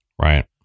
Right